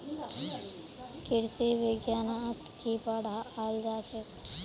कृषि विज्ञानत की पढ़ाल जाछेक